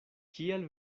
kial